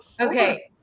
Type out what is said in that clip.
okay